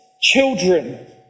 children